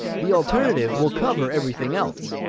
the alternative will cover everything else,